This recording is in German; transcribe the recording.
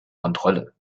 kontrolle